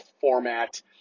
format